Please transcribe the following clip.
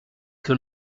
que